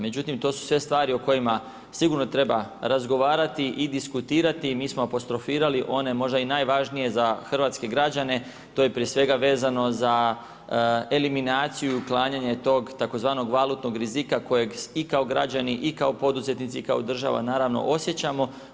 Međutim to su sve stvari o kojima sigurno treba razgovarati i diskutirat, mi smo apostrofirali one možda i najvažnije za hrvatske građane, to je prije svega vezano za eliminaciju i uklanjanje tog tzv. valutnog rizika kojeg i kao građani i kao poduzetnici i kao država naravno osjećamo.